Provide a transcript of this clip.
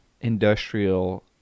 industrial